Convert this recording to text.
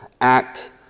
act